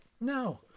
No